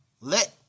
Let